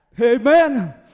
Amen